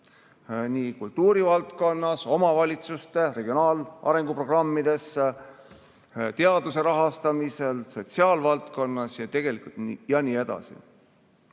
kultuurivaldkonnas, omavalitsuste regionaalarenguprogrammides, teaduse rahastamisel, sotsiaalvaldkonnas jne. Ma ütleksin